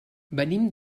venim